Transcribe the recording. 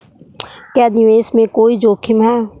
क्या निवेश में कोई जोखिम है?